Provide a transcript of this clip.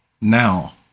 Now